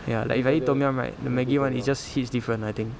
ya like if I eat tom yum right the maggi one it just hits different lah I think